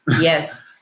Yes